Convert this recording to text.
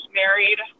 married